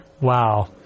Wow